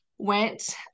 Went